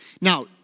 Now